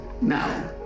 Now